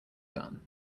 done